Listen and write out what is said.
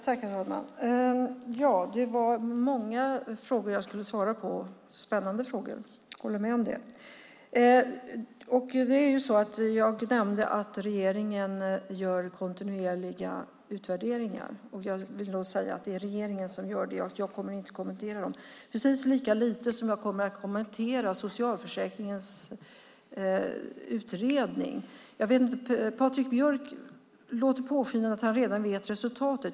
Herr talman! Det är många frågor som jag ska svara på. Jag håller med om att det är spännande frågor. Jag nämnde att regeringen gör kontinuerliga utvärderingar, och det är regeringen som gör det. Jag kommer inte att kommentera dem lika lite som jag kommer att kommentera socialförsäkringsutredningen. Patrik Björck låter påskina att han redan vet resultatet.